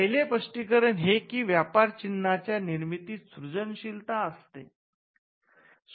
पहिले स्पष्टीकरण हे की व्यापार चिन्हाच्या निर्मितीत सृजनशीलता असते